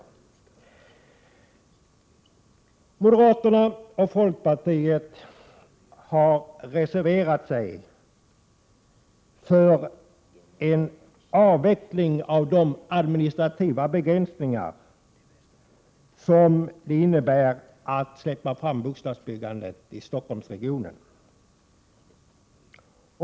Moderaterna och folkpartiet har reserverat sig för en avveckling av de administrativa begränsningar som det innebär att släppa fram bostadsbyggandet i Stockholmsregionen.